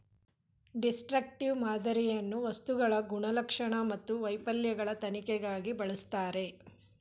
destructive ಮಾದರಿಯನ್ನು ವಸ್ತುಗಳ ಗುಣಲಕ್ಷಣ ಮತ್ತು ವೈಫಲ್ಯಗಳ ತನಿಖೆಗಾಗಿ ಬಳಸ್ತರೆ